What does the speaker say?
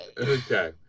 Okay